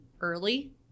early